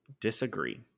disagree